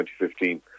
2015